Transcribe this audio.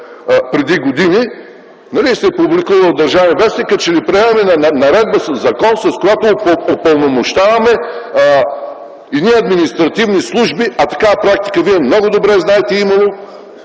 преди години и се публикувало в “Държавен вестник”, като че ли приемаме наредба със закон, с която упълномощаваме едни административни служби, а такава практика вие много добре знаете,